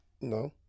No